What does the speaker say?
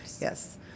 Yes